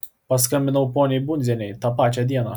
paskambinau poniai bundzienei tą pačią dieną